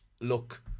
look